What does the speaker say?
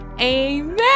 amen